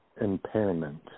impairment